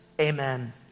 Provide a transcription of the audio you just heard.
Amen